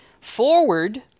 forward